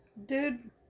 Dude